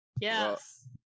yes